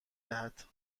ببخشد